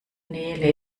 nähe